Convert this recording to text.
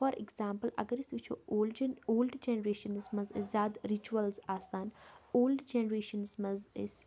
for example اگر أسۍ وٕچھو اولڈ جَن اولڈ جَنریشَنَس منٛز ٲسۍ زیادٕ رِچوَلٕز آسان اولڈٕ جَنریشَنَس منٛز أسۍ